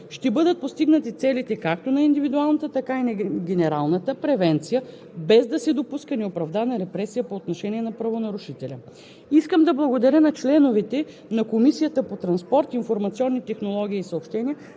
съответно и глоба от 2 до 10 хил. лв. Считам, че чрез така определената санкция за подобно неправомерно поведение, ще бъдат постигнати целите, както на индивидуалната, така и на генералната превенция,